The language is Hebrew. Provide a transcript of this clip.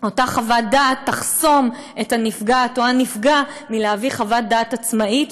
אותה חוות דעת תחסום את הנפגעת או הנפגע מלהביא חוות דעת עצמאית,